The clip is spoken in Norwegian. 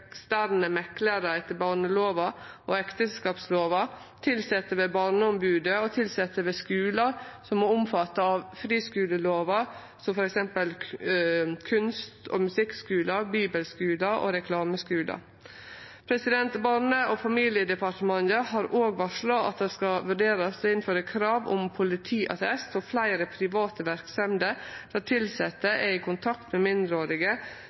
Barneombodet og tilsette ved skular som er omfatta av friskulelova, som f.eks. kunst- og musikkskular, bibelskular og reklameskular. Barne- og familiedepartementet har òg varsla at det skal vurderast å innføre krav om politiattest for fleire private verksemder der tilsette er i kontakt med mindreårige,